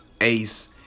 Ace